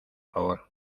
favor